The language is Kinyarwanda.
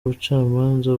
ubucamanza